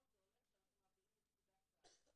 זה הולך שאנחנו מעבירים לפקידת סעד.